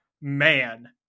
man